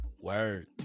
Word